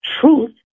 truth